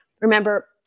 Remember